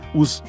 os